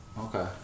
Okay